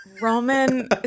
Roman